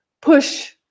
push